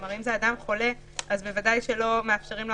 כלומר אם זה אדם חולה אז בוודאי שלא מאפשרים לו